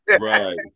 Right